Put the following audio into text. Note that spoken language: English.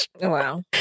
Wow